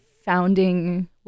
founding